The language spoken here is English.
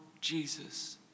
Jesus